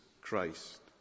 Christ